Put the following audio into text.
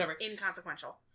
inconsequential